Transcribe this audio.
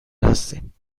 هستیم